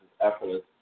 effortless